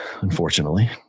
unfortunately